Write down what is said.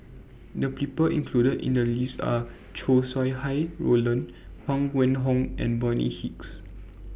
The People included in The list Are Chow Sau Hai Roland Huang Wenhong and Bonny Hicks